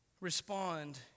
respond